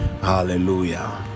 Hallelujah